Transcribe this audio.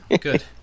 Good